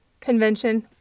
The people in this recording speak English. Convention